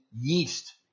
yeast